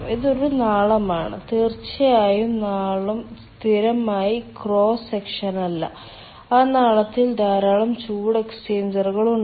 ഇതൊരു നാളമാണ് തീർച്ചയായും നാളം സ്ഥിരമായ ക്രോസ് സെക്ഷനല്ല ആ നാളത്തിൽ ധാരാളം ചൂട് എക്സ്ചേഞ്ചറുകൾ ഉണ്ട്